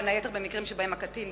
בין היתר במקרים שבהם הקטין,